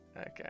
okay